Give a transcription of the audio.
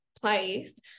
place